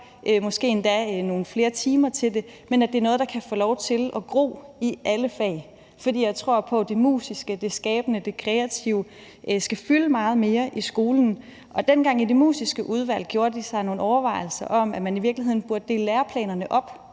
måske endda nogle flere timer til det, men at det er noget, der kan få lov til at gro i alle fag, fordi jeg tror på, at det musiske, det skabende, det kreative skal fylde meget mere i skolen. Og dengang i Det Musiske Udvalg gjorde man sig nogle overvejelser om, at man i virkeligheden burde dele læreplanerne op